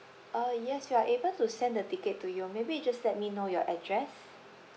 uh yes we're able to send the ticket to you maybe you just let me know your address